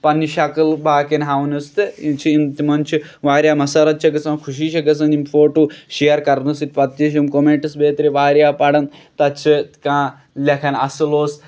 پَنٕنہِ شَکٔل باقین ہاونَس تہٕ یِم چھِ یِم تِمَن چھ یہِ واریاہ مَسرَت چھکھ گژھان خوشی چھکھ گژھان یِم فوٹو شِیر کرنہٕ سۭتۍ پَتہٕ تہِ چھِ یِم کٔمینٹٔس واریاہ پَران تَتہٕ چھُ کانہہ لیکھان اَصٕل اوس